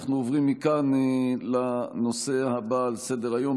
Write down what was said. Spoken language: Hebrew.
אנחנו עוברים מכאן לנושא הבא על סדר-היום,